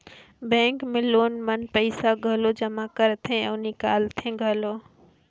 bank मे लोग मन पइसा घलो जमा करथे अउ निकालथें घलो